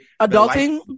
adulting